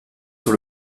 sur